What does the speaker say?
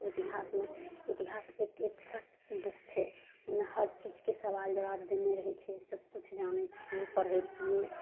इतिहासमे इतिहास एतेक छै झूठे ईमे हर चीजके सवाल जबाव देने रहय छै ईसब किछु जानय छियै पढ़य छियै